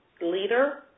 leader